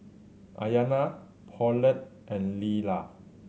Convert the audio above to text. Ayana Paulette and Lyla